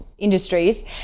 industries